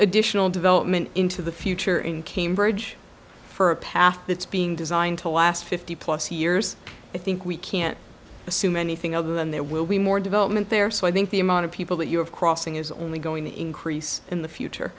additional development into the future in cambridge for a path that's being designed to last fifty plus years i think we can't assume anything other than there will be more development there so i think the amount of people that you have crossing is only going to increase in the future